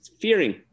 fearing